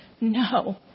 No